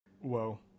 Whoa